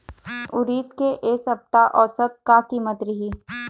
उरीद के ए सप्ता औसत का कीमत रिही?